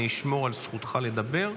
אני אשמור על זכותך לדבר,